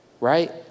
right